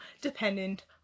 dependent